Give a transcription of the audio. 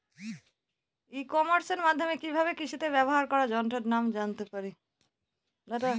ই কমার্সের মাধ্যমে কি ভাবে কৃষিতে ব্যবহার করা যন্ত্রের দাম জানতে পারি?